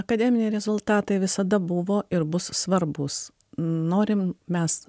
akademiniai rezultatai visada buvo ir bus svarbūs norim mes